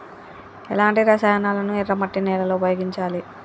ఎలాంటి రసాయనాలను ఎర్ర మట్టి నేల లో ఉపయోగించాలి?